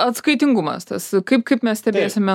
atskaitingumas tas kaip kaip mes stebėsime